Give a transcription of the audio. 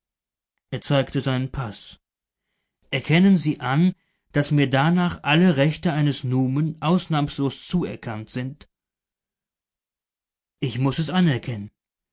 er zeigte seinen paß erkennen sie an daß mir danach alle rechte eines numen ausnahmslos zuerkannt sind ich muß es anerkennen